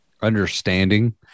understanding